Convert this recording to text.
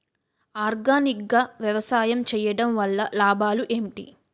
Organic గా వ్యవసాయం చేయడం వల్ల లాభాలు ఏంటి?